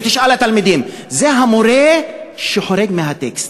ותשאל את התלמידים: זה המורה שחורג מהטקסט,